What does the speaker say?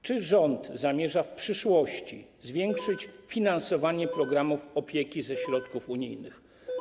Czy rząd zamierza w przyszłości zwiększyć finansowanie programów opieki ze środków unijnych?